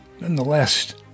nonetheless